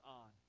on